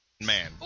man